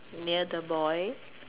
near the boy